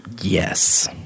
yes